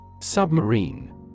Submarine